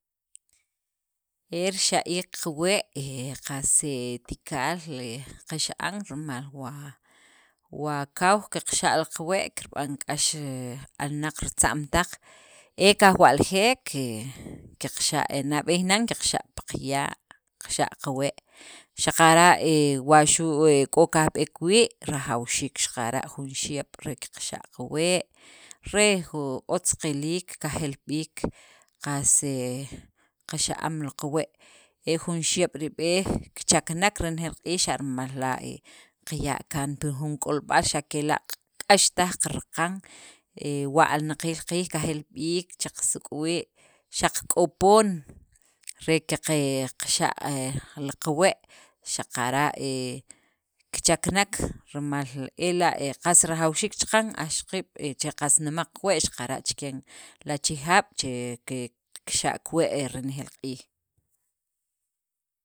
E rixa'iik qawee', he qas he tikaal qaxa'an rimal wa, wa kaw qaqxa' qawee' kirb'an k'ax he alnaq ritza'm taq ee kaj wa'ljek, qe qaqxa', nab'eey nan qaxa' pi qaya', qaxa' qawee' xaqara' he wa xu' he k'o kajb'eek wii', rajawxiik xaqara' jun xiyeeb' re qaqxa' qawee' re ju otz qiliik kajel b'iik, qas he qaxa'am li qawee' e jun xiyeeb' rii' b'e' kichakanek renejeel q'iij, xa' rimal la' he qaya' kaan pi jun k'olb'al xa' kela' k'ax taj qaraqan kaan, he wa alnaqiil riij qajel b'iik cha qasuk' wii' xaq k'o poon re qeqe qaxa' he li qawee', xaqara' he kichakanek rimal ela' qas rajawxiik chaqan aj ixaqiib' che qas nemaq kiwee' xaqara' che li achejaab' che ke kikxa' kiwee' renejeel q'iij.